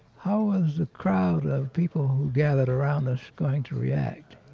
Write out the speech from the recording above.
how was the crowd of people who gathered around us going to react?